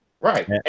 Right